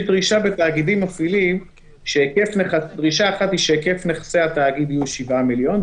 יש דרישה אחת שהיקף נכסי התאגיד יהיו 7 מיליון,